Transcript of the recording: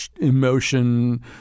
Emotion